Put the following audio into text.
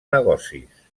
negocis